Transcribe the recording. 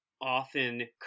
often